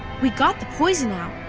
we got the poison out.